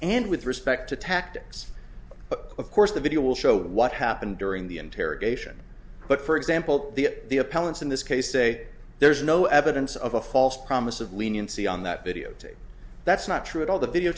and with respect to tactics of course the video will show what happened during the interrogation but for example the the appellant's in this case say there's no evidence of a false promise of leniency on that videotape that's not true at all the video